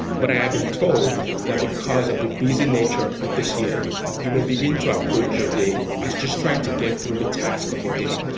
but i have been told that because of the busy nature of this year you will begin to approach your day as just trying to get through the task of the day,